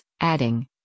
adding